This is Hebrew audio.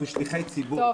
אנחנו שליחי ציבור.